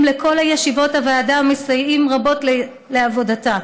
לכל ישיבות הוועדה ומסייעים רבות לעבודתה,